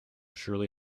surely